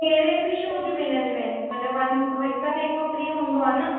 कहिड़े बि शोज मिलंदियूं आहिनि मतिलबु वन हिक ते हिकु फ्री हूंदो आहे न